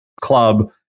club